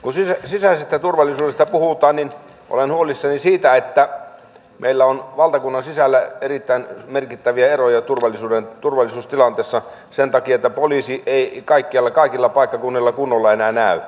kun sisäisestä turvallisuudesta puhutaan niin olen huolissani siitä että meillä on valtakunnan sisällä erittäin merkittäviä eroja turvallisuustilanteessa sen takia että poliisi ei kaikkialla kaikilla paikkakunnilla kunnolla enää näy